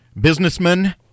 Businessman